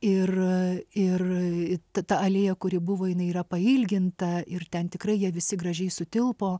ir ir ta ta alėja kuri buvo jinai yra pailginta ir ten tikrai jie visi gražiai sutilpo